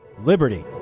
liberty